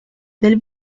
del